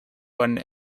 one